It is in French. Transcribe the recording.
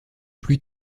plus